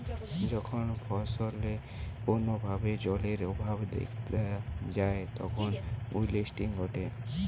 যখন ফসলে কোনো ভাবে জলের অভাব দেখাত যায় তখন উইল্টিং ঘটে